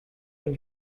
when